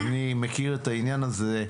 אני מכיר את העניין הזה,